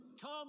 come